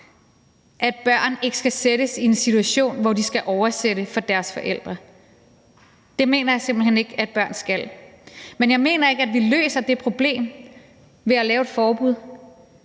at børn ikke skal sættes i en situation, hvor de skal oversætte for deres forældre. Det mener jeg simpelt hen ikke at børn skal. Men jeg mener ikke, at vi løser det problem ved at lave et forbud.